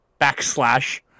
backslash